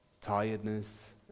tiredness